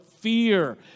fear